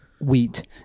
wheat